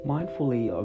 Mindfully